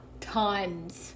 Tons